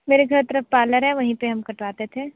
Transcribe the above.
मेरे घर की तरफ पार्लर है वहीं पर हम कटवाते थे